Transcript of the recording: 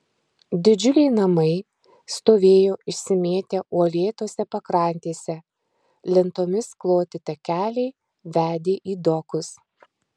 didžiuliai namai stovėjo išsimėtę uolėtose pakrantėse lentomis kloti takeliai vedė į dokus